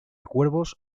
cuervos